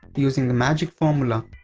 using the magic formula.